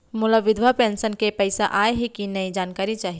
मोला विधवा पेंशन के पइसा आय हे कि नई जानकारी चाही?